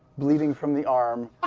bleeding from the arm.